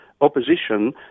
opposition